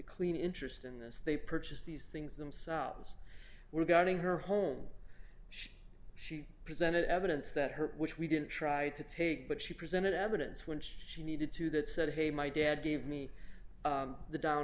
clean interest in this they purchased these things themselves were guarding her home should she presented evidence that her which we didn't try to take but she presented evidence which she needed to that said hey my dad gave me the